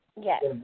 yes